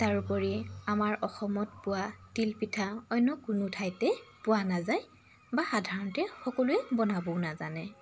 তাৰোপৰি আমাৰ অসমত পোৱা তিল পিঠা অন্য কোনো ঠাইতে পোৱা নাযায় বা সাধাৰণতে সকলোৱে বনাবও নাজানে